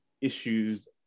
issues